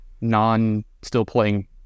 non-still-playing